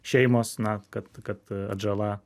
šeimos na kad kad atžala